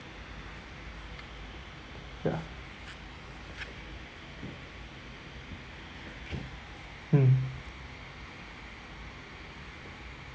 yeah mm